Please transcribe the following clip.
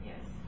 Yes